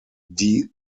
die